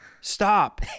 Stop